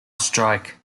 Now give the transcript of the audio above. strike